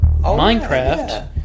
Minecraft